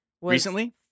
recently